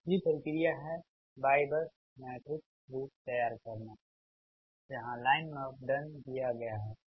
दूसरी प्रक्रिया है Y बस मैट्रिक्स रूप तैयार करना है जहाँ लाइन मापदंड दिया गया है